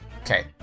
Okay